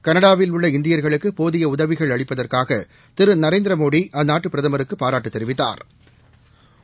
கனடாவில் உள்ள இந்தியா்களுக்கு போதிய உதவிகள் அளிப்பதற்காக திரு நரேந்திரமோடி அந்நாட்டு பிரதமருக்கு பாராட்டு தெரிவித்தாா்